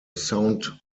sound